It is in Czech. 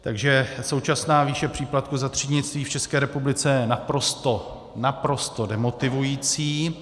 Takže současná výše příplatku za třídnictví v České republice je naprosto demotivující.